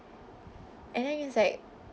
and then it's like